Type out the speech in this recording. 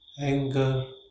anger